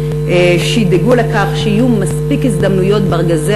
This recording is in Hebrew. שידאגו לכך שיהיו מספיק הזדמנויות בארגזי